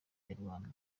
umuryango